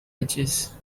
edges